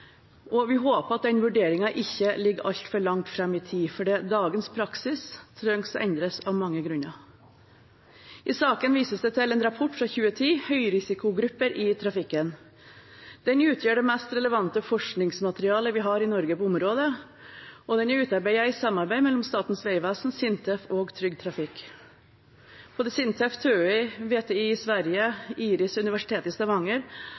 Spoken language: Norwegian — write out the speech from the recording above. Vi håper at den vurderingen ikke ligger altfor langt fram i tid, for dagens praksis trenger å endres av mange grunner. I innstillingen vises det til en rapport fra 2010, Høyrisikogrupper i vegtrafikken. Den utgjør det mest relevante forskningsmaterialet vi har i Norge på området, og den er utarbeidet i et samarbeid mellom Statens vegvesen, SINTEF og Trygg Trafikk. Både SINTEF, TØI, VTI i Sverige og IRIS ved Universitetet i Stavanger